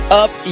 up